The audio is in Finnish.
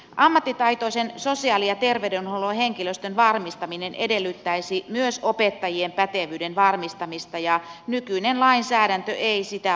ammattitaitoisen sosiaali ja terveydenhuollon henkilöstön varmistaminen edellyttäisi myös opettajien pätevyyden varmistamista ja nykyinen lainsäädäntö ei sitä valitettavasti tee